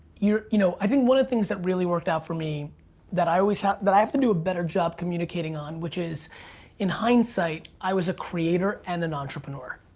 your, you know, i think one of the things that really worked out for me that i was always, ah that i um can do a better job communicating on which is in hindsight i was a creator and an entrepreneur.